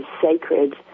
sacred